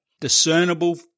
discernible